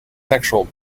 sexual